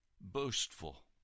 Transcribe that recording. boastful